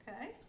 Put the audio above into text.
okay